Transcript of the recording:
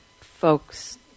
folks